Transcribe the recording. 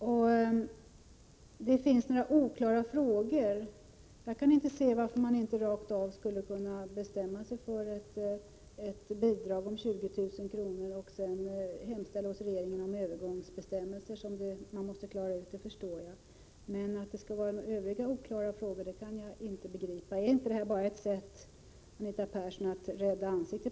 Även om det finns några oklara frågor kan jag inte se varför vi inte skulle kunna bestämma oss för ett bidrag om 20 000 kr. och hemställa hos regeringen om övergångsbestämmelser för att klara ut dessa oklara frågor. Att det skulle finnas några andra oklara frågor kan jag inte begripa. Är inte detta bara ett sätt för regeringen att rädda ansiktet?